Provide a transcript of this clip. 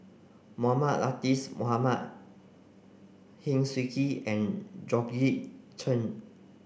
Mohamed Latiff Mohamed Heng Swee Keat and Georgette Chen